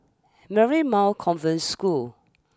Marymount Convent School